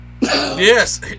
yes